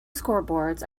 scoreboards